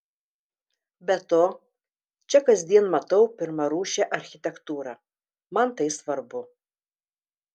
be to čia kasdien matau pirmarūšę architektūrą man tai svarbu